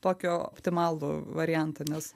tokio optimalų variantą nes